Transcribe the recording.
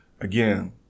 Again